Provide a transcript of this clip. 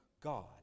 God